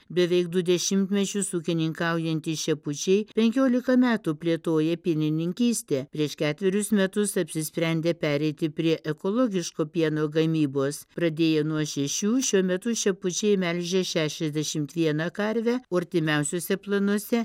beveik du dešimtmečius ūkininkaujantys šepučiai penkiolika metų plėtoja pienininkystę prieš ketverius metus apsisprendė pereiti prie ekologiško pieno gamybos pradėję nuo šešių šiuo metu šepučiai melžia šešiasdešimt vieną karvę o artimiausiuose planuose